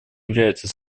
является